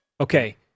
Okay